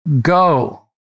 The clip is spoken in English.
go